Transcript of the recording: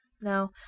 No